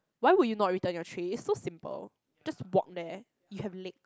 why would you not return your tray it's so simple you just walk there you have leg